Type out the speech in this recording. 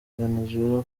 venezuela